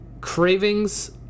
cravings